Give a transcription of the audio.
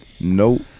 Nope